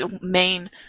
main